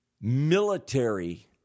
military